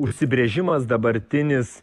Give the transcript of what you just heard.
užsibrėžimas dabartinis